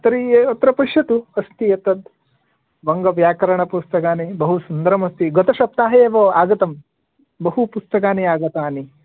तर्हि अत्र पश्यतु अस्ति एतत् बङ्गव्याकरणपुस्तकानि बहुसुन्दरमस्ति गतसप्ताहे एव आगतं बहुपुस्तकानि आगतानि